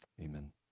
Amen